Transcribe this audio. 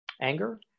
anger